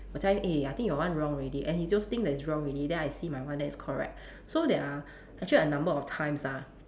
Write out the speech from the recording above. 我猜 eh I think your one wrong already and he don't think that it's wrong already then I see my one then it's correct so there are actually a number of times ah